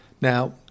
Now